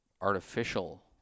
artificial